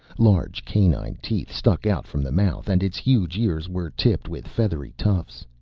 large canine teeth stuck out from the mouth, and its huge ears were tipped with feathery tufts.